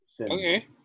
okay